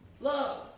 Love